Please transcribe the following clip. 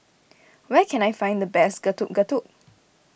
where can I find the best Getuk Getuk